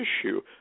issue